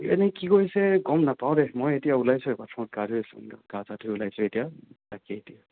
এনেই কি কৰিছে গম নাপাওঁ দেই মই এতিয়া ওলাইছোঁহে বাথ ৰূমত গা ধুই আছিলোঁ গা চা ধুই ওলাইছোঁহে তাকে এতিয়া